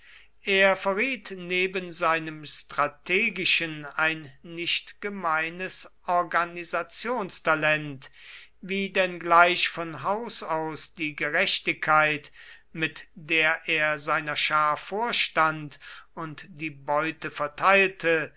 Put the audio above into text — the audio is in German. er verriet neben seinem strategischen ein nicht gemeines organisationstalent wie denn gleich von haus aus die gerechtigkeit mit der er seiner schar vorstand und die beute verteilte